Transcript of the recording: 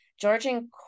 Georgian